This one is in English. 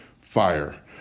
fire